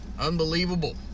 unbelievable